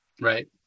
Right